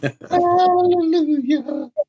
Hallelujah